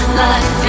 life